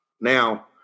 Now